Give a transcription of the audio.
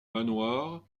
manoir